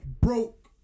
broke